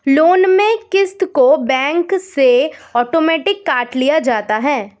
loan में क़िस्त को बैंक से आटोमेटिक काट लिया जाता है